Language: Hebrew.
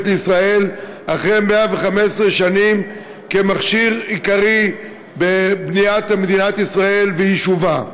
לישראל אחרי 115 שנים כמכשיר עיקרי בבניית מדינת ישראל ויישובה.